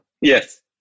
Yes